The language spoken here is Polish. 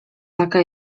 taka